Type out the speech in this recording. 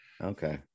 Okay